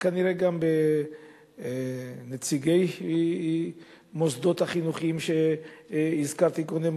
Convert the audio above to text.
וכנראה גם בנציגי המוסדות החינוכיים שהזכרתי קודם,